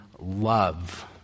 love